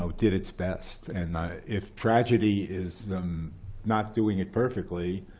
so did its best. and if tragedy is not doing it perfectly,